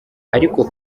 ariko